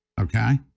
Okay